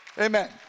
Amen